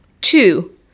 Two